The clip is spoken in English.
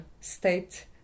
state